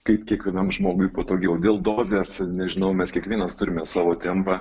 kaip kiekvienam žmogui patogiau dėl dozės nežinau mes kiekvienas turime savo tempą